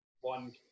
one